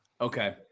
Okay